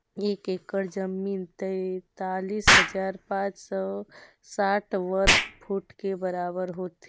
एक एकड़ जमीन तैंतालीस हजार पांच सौ साठ वर्ग फुट के बराबर होथे